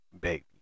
Baby